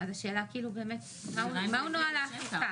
השאלה היא באמת מהו נוהל האכיפה.